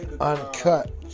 uncut